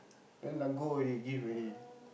then like go and give already